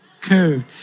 curved